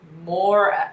more